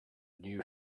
new